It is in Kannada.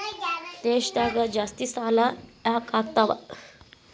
ದೇಶದಾಗ ಜಾಸ್ತಿಸಾಲಾ ಯಾಕಾಗ್ತಾವ?